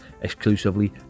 exclusively